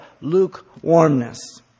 lukewarmness